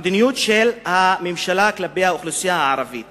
המדיניות של הממשלה כלפי האוכלוסייה הערבית